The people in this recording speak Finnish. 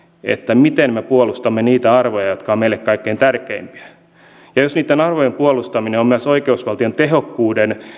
miten me puolustamme niitä arvoja jotka ovat meille kaikkein tärkeimpiä jos niitten arvojen puolustaminen on myös oikeusvaltion tehokkuuden